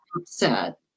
upset